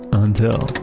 until